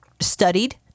Studied